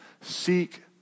seek